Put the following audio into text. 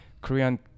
Korean